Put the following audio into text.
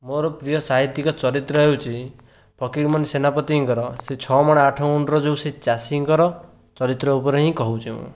ମୋର ପ୍ରିୟ ସାହିତ୍ୟିକ ଚରିତ୍ର ହେଉଛି ଫକୀରମୋହନ ସେନାପତିଙ୍କର ସେ ଛ'ମାଣ ଆଠ ଗୁଣ୍ଠର ଯେଉଁ ସେ ଚାଷୀଙ୍କର ଚରିତ୍ର ଉପରେ ହିଁ କହୁଛି ମୁଁ